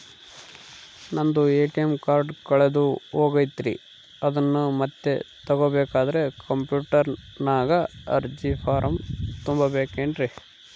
ನಂದು ATM card ಕಳೆದು ಹೋಗೈತ್ರಿ ಅದನ್ನು ಮತ್ತೆ ತಗೋಬೇಕಾದರೆ ಕಂಪ್ಯೂಟರ್ ನಾಗ ಅರ್ಜಿ ಫಾರಂ ತುಂಬಬೇಕನ್ರಿ?